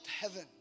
heaven